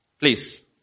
Please